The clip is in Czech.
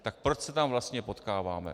Tak proč se tam vlastně potkáváme?